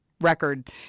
record